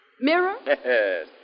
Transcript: Mirror